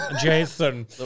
Jason